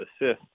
assist